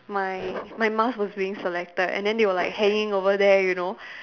my my Mars was being selected and then they were like hanging over there you know